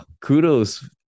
kudos